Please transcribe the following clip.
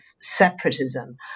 separatism